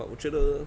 but 我觉得